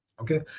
Okay